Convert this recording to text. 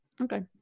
Okay